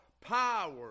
power